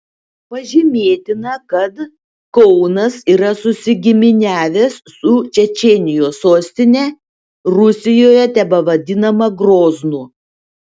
pažymėtina kad kaunas yra susigiminiavęs su čečėnijos sostine rusijoje tebevadinama groznu